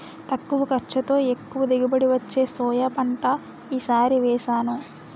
తక్కువ ఖర్చుతో, ఎక్కువ దిగుబడి వచ్చే సోయా పంట ఈ సారి వేసాను